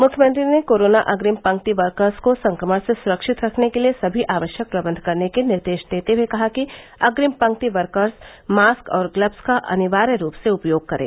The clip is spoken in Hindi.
मुख्यमंत्री ने कोरोना अंग्रिम पंक्ति वर्कस को संक्रमण से सुरक्षित रखने के लिये सभी आवश्यक प्रबंध करने के निर्देश देते हुए कहा कि अंग्रिम पंक्ति वर्कर्स मास्क और ग्लब्स का अनिवार्य रूप से उपयोग करे